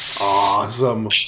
Awesome